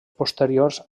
posteriors